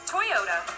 Toyota